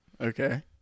Okay